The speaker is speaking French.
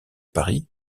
paris